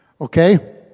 Okay